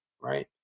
Right